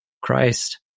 Christ